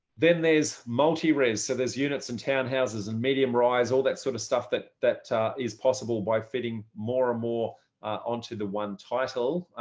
then there's multi res. so there's units and townhouses and medium rise, all that sort of stuff that that is possible by fitting more and more onto the one title,